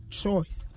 choice